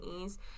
ease